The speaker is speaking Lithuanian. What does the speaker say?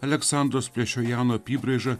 aleksandras plešojano apybraižą